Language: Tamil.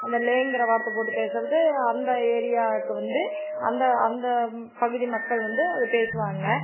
அந்த லேங்கிற வார்த்தை போட்டு பேசுகிறது அந்த ஏரியாக்கு வந்து அந்த அந்த பகுதி மக்கள் வந்து அது பேசுவாங்கங்க